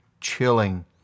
chilling